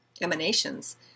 emanations